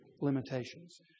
limitations